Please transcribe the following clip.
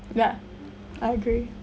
ya I agree